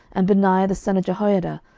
and benaiah the son of jehoiada,